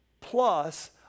plus